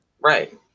right